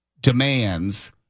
demands